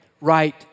Right